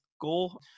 goal